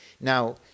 Now